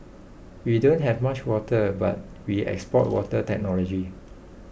we don't have much water but we export water technology